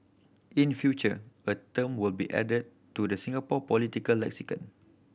in future a term will be added to the Singapore political lexicon